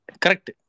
Correct